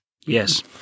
Yes